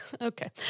Okay